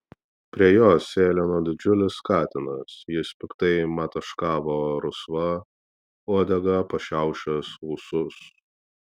prie jos sėlino didžiulis katinas jis piktai mataškavo rusva uodega pašiaušęs ūsus